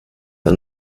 der